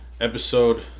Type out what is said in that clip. episode